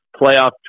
playoff